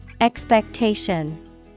Expectation